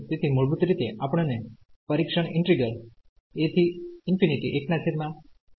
તેથી મૂળભૂત રીતે આપણ ને પરીક્ષણ ઈન્ટિગ્રલ વિશે રસ છે